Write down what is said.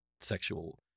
sexual